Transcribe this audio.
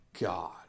God